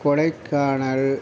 Kodaikanal